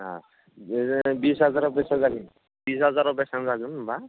बिस हाजाराव बेसां जागोन बिस हाजाराव बेसां जागोन होमब्ला